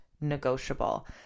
negotiable